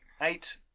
Eight